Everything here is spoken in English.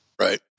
right